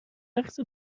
رقص